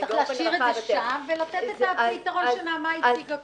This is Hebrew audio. להשאיר את זה ושם ולתת את הפתרון שנעמה הציגה כאן.